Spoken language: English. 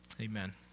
Amen